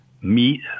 meet